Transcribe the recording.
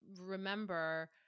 remember